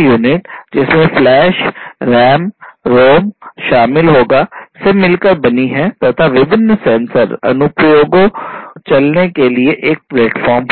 unit RAM ROM शामिल होगा से मिलकर बनी है तथा विभिन्न सेंसर अनुप्रयोगों चलने के लिए एक प्लेटफार्म होगा